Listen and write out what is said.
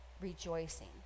rejoicing